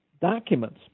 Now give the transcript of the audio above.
documents